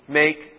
make